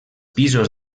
pisos